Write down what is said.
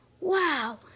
Wow